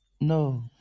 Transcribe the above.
No